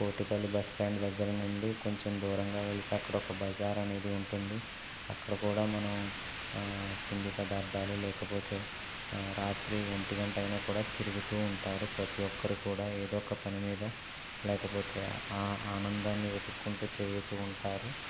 Kotipalli bus stand దగ్గర నుండి కొంచెం దూరంగా వెళ్తే అక్కడ ఒక బజారు అనేది ఉంటుంది అక్కడ కూడా మనం తిండి పదార్థాలు లేకపోతే రాత్రి ఒంటి గంట అయినా కూడా తిరుగుతూ ఉంటారు ప్రతి ఒక్కరు కూడా ఏదో ఒక పని మీద లేకపోతే ఆనందాన్ని వెతుక్కుంటూ తిరుగుతూ ఉంటారు